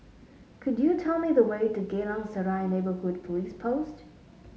could you tell me the way to Geylang Serai Neighbourhood Police Post